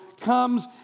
comes